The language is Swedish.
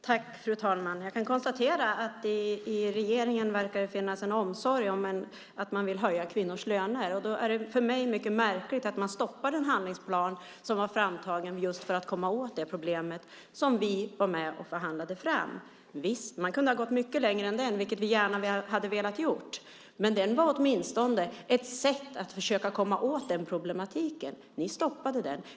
Fru talman! Jag kan konstatera att det i regeringen verkar finnas en omsorg om att höja kvinnors löner. Därför är det för mig mycket märkligt att stoppa den handlingsplan som vi var med och förhandlade fram för att komma åt just detta problem. Man kunde förstås ha gått mycket längre, vilket vi gärna hade velat göra, men den var åtminstone ett försök att komma åt problemet. Ni stoppade den.